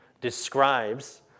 describes